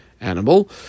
animal